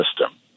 system